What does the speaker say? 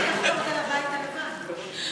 השתתפתם בתחרות ההצבעות?